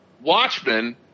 Watchmen